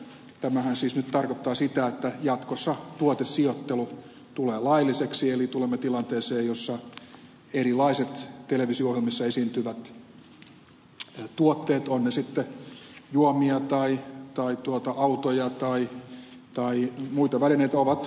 tämähän siis nyt tarkoittaa sitä että jatkossa tuotesijoittelu tulee lailliseksi eli tulemme tilanteeseen jossa erilaiset televisio ohjelmissa esiintyvät tuotteet ovat ne sitten juomia tai autoja tai muita välineitä ovat ostettavissa